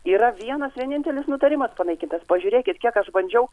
yra vienas vienintelis nutarimas panaikintas pažiūrėkit kiek aš bandžiau